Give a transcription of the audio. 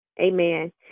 Amen